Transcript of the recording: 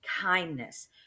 kindness